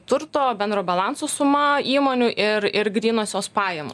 turto bendro balanso suma įmonių ir ir grynosios pajamos